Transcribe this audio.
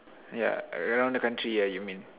yeah around the country ya you mean